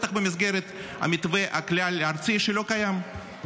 בטח במסגרת המתווה הכלל-ארצי שלא קיים.